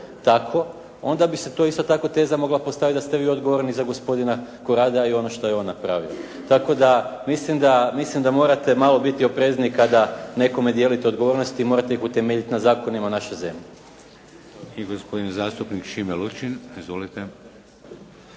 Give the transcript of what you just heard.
onda bi se to isto tako teza mogla postaviti da ste vi odgovorni za gospodina Koradea i ono što je on napravio. Tako da mislim da morate malo biti oprezniji kada nekome dijelite odgovornosti, morate ih utemeljiti na zakonima naše zemlje. **Šeks, Vladimir (HDZ)** I gospodin zastupnik Šime Lučin. Izvolite.